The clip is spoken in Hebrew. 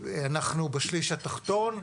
בשליש התחתון.